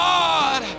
God